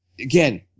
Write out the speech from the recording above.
again